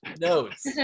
notes